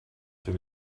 für